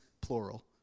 plural